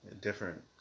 different